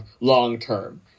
long-term